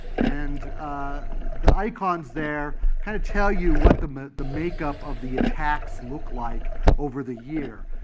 and ah the icons there kind of tell you what the the makeup of the attacks look like over the year.